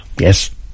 Yes